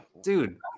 Dude